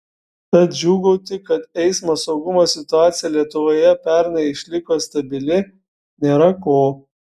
tad džiūgauti kad eismo saugumo situacija lietuvoje pernai išliko stabili nėra ko